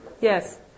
Yes